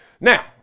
Now